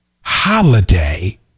holiday